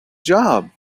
job